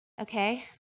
okay